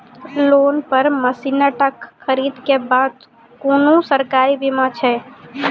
Loan पर मसीनऽक खरीद के बाद कुनू सरकारी बीमा छै?